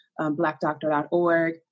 BlackDoctor.org